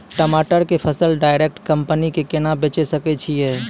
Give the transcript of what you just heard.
टमाटर के फसल डायरेक्ट कंपनी के केना बेचे सकय छियै?